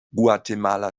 guatemala